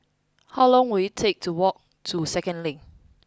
how long will it take to walk to Second Link